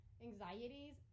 anxieties